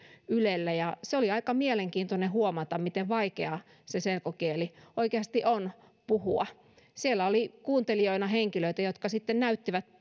ylellä järjestetyssä oli aika mielenkiintoista huomata miten vaikeaa se selkokieli oikeasti on puhua siellä oli kuuntelijoina henkilöitä jotka sitten näyttivät